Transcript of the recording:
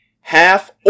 Half